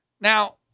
Now